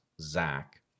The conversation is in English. Zach